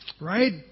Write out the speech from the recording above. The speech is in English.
Right